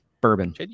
bourbon